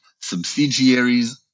subsidiaries